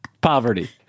poverty